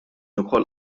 ukoll